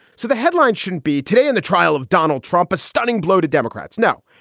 so the headline should be today in the trial of donald trump, a stunning blow to democrats. now,